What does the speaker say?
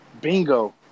Bingo